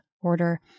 order